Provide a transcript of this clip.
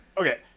Okay